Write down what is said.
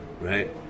right